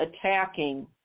attacking